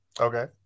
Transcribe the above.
Okay